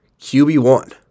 QB1